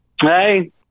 Hey